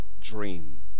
dream